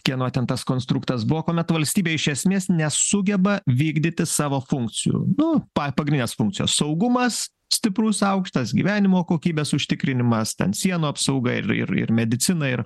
kieno ten tas konstruktas buvo kuomet valstybė iš esmės nesugeba vykdyti savo funkcijų nu pa pagrinės funkcijos saugumas stiprus aukštas gyvenimo kokybės užtikrinimas ten sienų apsauga ir ir ir medicina ir